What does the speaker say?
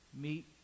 meet